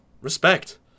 Respect